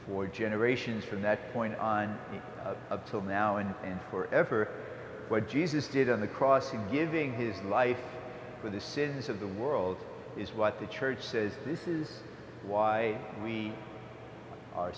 for generations from that point on till now and forever what jesus did on the cross and giving his life for the sins of the world is what the church says this is why we are